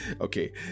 okay